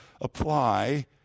apply